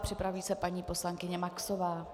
Připraví se paní poslankyně Maxová.